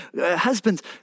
husbands